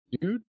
dude